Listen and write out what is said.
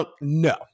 no